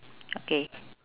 okay